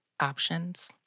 options